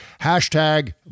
Hashtag